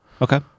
Okay